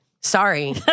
Sorry